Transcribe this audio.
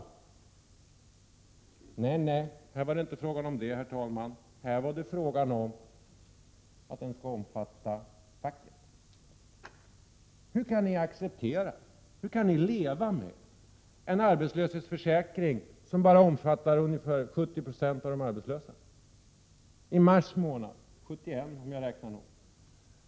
Nej, här var det inte fråga om detta, herr talman — det var fråga om att tryggheten skall omfatta facket. Hur kan ni acceptera, hur kan ni leva med en arbetslöshetsförsäkring som bara omfattar ungefär 70 96 av de arbetslösa? I mars månad var det 71 20, om jag räknar noga.